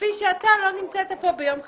כפי שאתה לא היית פה ביום חמישי.